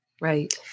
Right